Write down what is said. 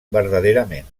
verdaderament